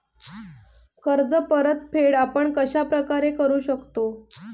कर्ज परतफेड आपण कश्या प्रकारे करु शकतो?